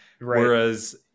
whereas